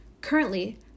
Currently